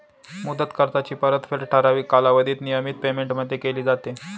मुदत कर्जाची परतफेड ठराविक कालावधीत नियमित पेमेंटमध्ये केली जाते